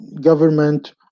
government